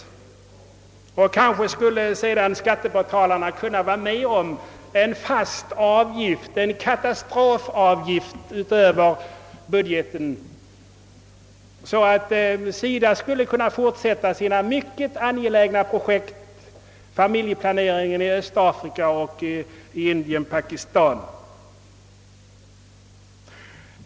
Skattebetalarna skulle kanske sedan kunna vara med om en fast avgift, en katastrofavgift utöver budgeten, så att SIDA skulle kunna fortsätta sina mycket angelägna projekt — familjeplanering i Östafrika, i Indien och Pakistan.